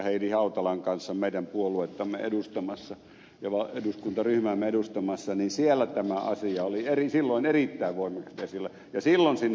heidi hautalan kanssa meidän puoluettamme edustamassa ja eduskuntaryhmäämme edustamassa niin siellä tämä asia oli silloin erittäin voimakkaasti esillä